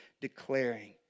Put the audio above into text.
declaring